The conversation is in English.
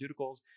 pharmaceuticals